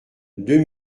deux